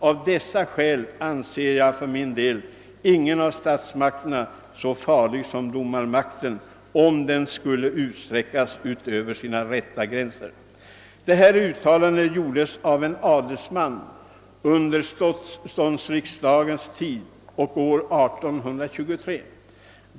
Af dessa skäl anser jag, för min del, ingen af Stats-magterna, så farlig som Domare-magten om den skulle utsträckas utöfver sina rätta gränser.» Detta uttalande gjordes av en adelsman under ståndsriksdagens tid och år 1823.